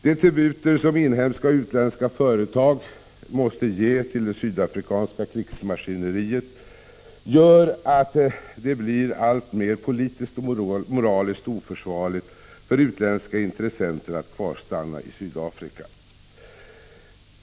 De tributer som inhemska och utländska företag måste ge till det sydafrikanska krigsmaskineriet gör att det blir alltmer politiskt och moraliskt oförsvarligt för utländska intressenter att kvarstanna i Sydafrika.